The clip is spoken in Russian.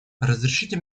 разрешите